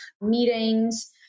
meetings